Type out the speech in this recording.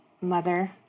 Mother